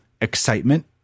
excitement